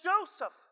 Joseph